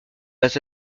pas